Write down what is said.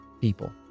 people